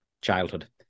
childhood